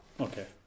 Okay